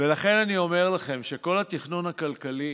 ולכן אני אומר לכם שכל התכנון הכלכלי